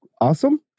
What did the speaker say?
awesome